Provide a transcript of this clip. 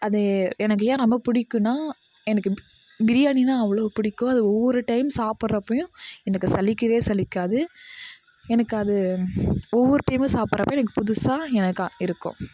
அது எனக்கு ஏன் ரொம்ப பிடிக்குன்னா எனக்கு பிரியாணின்னா அவ்வளோ பிடிக்கும் அது ஒவ்வொரு டைம் சாப்பிட்றப்பையும் எனக்கு சலிக்கவே சலிக்காது எனக்கு அது ஒவ்வொரு டைமும் சாப்பிட்றப்ப எனக்கு புதுசாக எனக்கா இருக்கும்